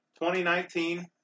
2019